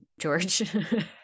George